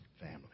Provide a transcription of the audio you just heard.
family